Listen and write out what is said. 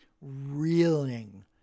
reeling